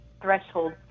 threshold